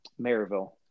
Maryville